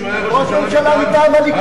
כשהוא היה ראש ממשלה מטעם הליכוד.